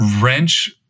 wrench